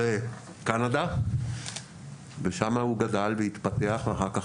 לקנדה ושם הוא גדל והתפתח ואחר כך